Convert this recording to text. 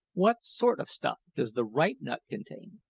what sort of stuff does the ripe nut contain?